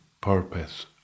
purpose